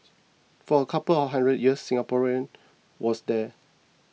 for a couple of hundred years Singaporean was there